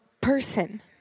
person